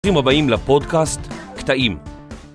ברוכים הבאים לפודקאסט, קטעים.